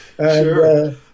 Sure